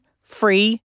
free